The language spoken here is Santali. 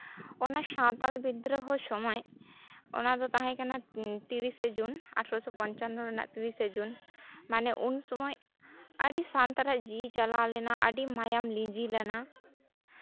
ᱚᱱᱟ ᱥᱟᱶᱛᱟᱞ ᱵᱤᱫᱽᱫᱨᱳᱦᱚ ᱥᱚᱢᱚᱭ ᱚᱱᱟ ᱫᱚ ᱛᱟᱦᱮᱸ ᱠᱟᱱᱟ ᱛᱤᱨᱤᱥᱟ ᱡᱩᱱ ᱟᱴᱷᱨᱳᱥᱳ ᱯᱚᱧᱪᱟᱱᱱᱚ ᱨᱮᱱᱟᱜ ᱛᱤᱨᱤᱥᱟ ᱡᱩᱱ ᱢᱟᱱᱮ ᱩᱱ ᱥᱚᱢᱚᱭ ᱟᱹᱰᱤ ᱥᱟᱱᱛᱟᱲᱟᱜ ᱡᱤᱣᱤ ᱪᱟᱞᱟᱣ ᱞᱮᱱᱟ ᱟᱹᱰᱤ ᱢᱟᱭᱟᱢ ᱞᱤᱸᱡᱤ ᱞᱮᱱᱟ